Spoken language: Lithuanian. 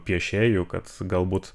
piešėjų kad galbūt